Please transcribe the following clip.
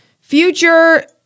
Future